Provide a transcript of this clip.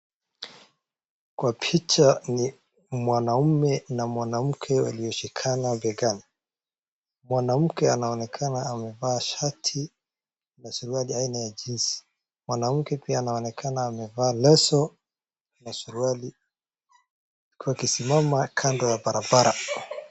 Kwa picha ni mwanaume na mwanamke walioshikama begani. Mwanamke anaonekana amevaa shati na suruali aina ya jeans mwanamke oia anaonekana amevaa leso na suruali, wakisimama kando ya barabara.